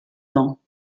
dents